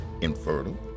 infertile